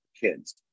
kids